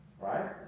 right